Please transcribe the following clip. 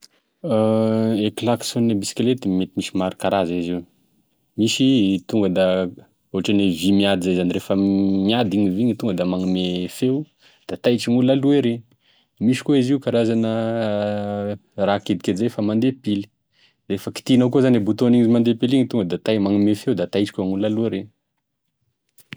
E kilaksogne bitsikilety mety misy maro karaza izy io, misy tonga da ohatragn'ny vy miady zay zany, rehefa miady igny vy igny da magnome feo da taitry gn'olo aloha ery, misy koa izy io karazana raha kidikidy zay fa mandeha pily, da efa kitihinao koa zany igny bouton igny mande pily igny tonga da tai- magnome feo tonga da taitry koa gn'olo aloha ery.